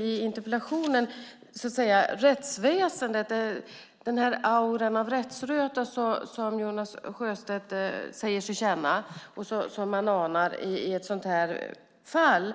I interpellationen skriver Jonas Sjöstedt om rättsväsendet och den aura av rättsröta som han säger sig känna och som man anar i ett sådant här fall.